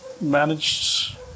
managed